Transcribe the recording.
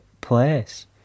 place